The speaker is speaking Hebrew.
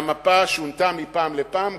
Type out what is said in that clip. והמפה שונתה מפעם לפעם,